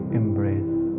embrace